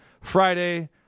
Friday